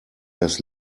das